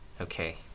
Okay